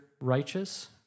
righteous